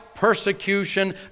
persecution